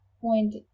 point